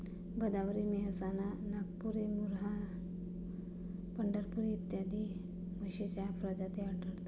भदावरी, मेहसाणा, नागपुरी, मुर्राह, पंढरपुरी इत्यादी म्हशींच्या प्रजाती आढळतात